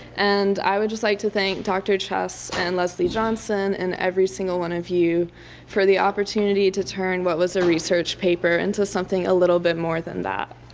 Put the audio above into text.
and i would just like to thank dr. chess and leslee johnson and every single one of you for the opportunity to turn what was a research paper into something a little bit more than that.